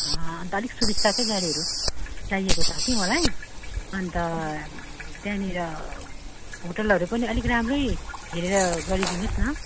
अन्त अलिक सुविस्ताकै गाडीहरू चाहिएको छ कि मलाई अन्त त्यहाँनिर होटलहरू पनि अलिक राम्रै हेरेर गरिदिनु होस् न